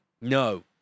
No